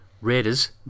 Raiders